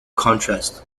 contrast